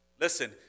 Listen